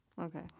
Okay